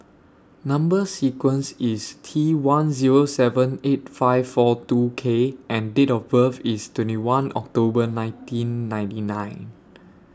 Number sequence IS T one Zero seven eight five four two K and Date of birth IS twenty one October nineteen ninety nine